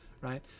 right